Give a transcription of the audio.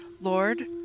Lord